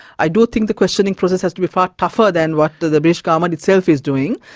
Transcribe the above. i do think the questioning process has to be far tougher than what the the british government itself is doing,